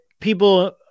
people